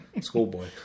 schoolboy